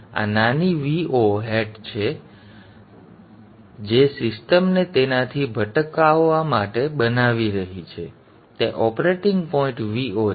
અને આ નાની Vo હેટ તે છે જે સિસ્ટમને તેનાથી ભટકાવવા માટે બનાવી રહી છે તે ઓપરેટિંગ પોઇન્ટ Vo છે